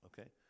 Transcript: Okay